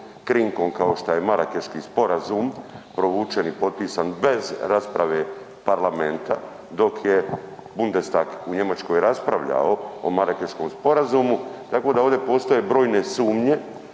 krinkom kao što je Marakeški sporazum provučen i potpisan bez rasprave parlamenta dok je Bundestag u Njemačkoj raspravljao o Marakeškom sporazumu, tako da ovdje postoje brojne sumnje